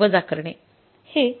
वजा करणे